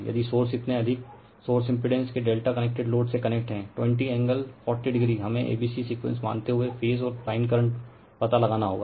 यदि सोर्स इतने अधिक सोर्स इम्पिडेस के ∆ कनेक्टेड लोड से कनेक्ट हैं 20 एंगल 40o हमें एबीसी सीक्वेंस मानते हुए फेज और लाइन करंट पता लगाना होगा